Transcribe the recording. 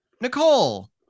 Nicole